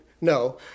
No